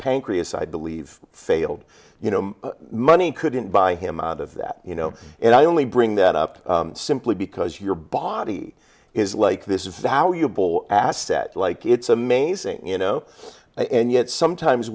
increase i believe failed you no money couldn't buy him out of that you know and i only bring that up simply because your body is like this is a valuable asset like it's amazing you know and yet sometimes